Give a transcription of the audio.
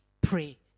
Pray